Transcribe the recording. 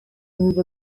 move